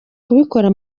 kubikora